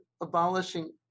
abolishing